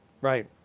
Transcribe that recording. Right